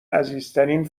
عزیزترین